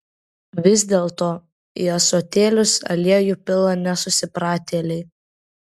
vis dėlto į ąsotėlius aliejų pila nesusipratėliai